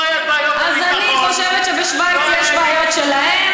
אתה שמעת זלזול במה שאמרתי?